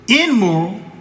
immoral